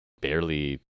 barely